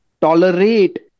tolerate